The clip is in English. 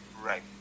Right